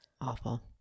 Awful